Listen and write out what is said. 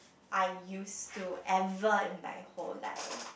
I used to ever in my whole life